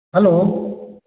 hello